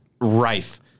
rife